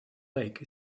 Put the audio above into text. lake